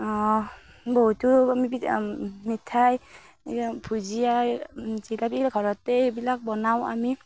বহুতো আমি মিঠাই ভুজিয়া জিলাপিৰো ঘৰতেই এইবিলাক বনাওঁ আমি